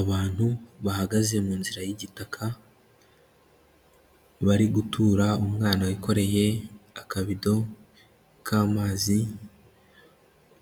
Abantu bahagaze mu nzira y'igitaka, bari gutura umwana wikoreye akabido k'amazi,